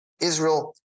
Israel